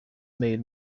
made